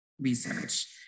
research